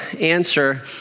answer